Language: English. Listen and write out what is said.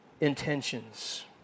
intentions